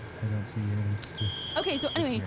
i don't see anything stupid. okay, so anyway, you know